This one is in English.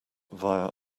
via